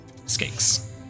Skakes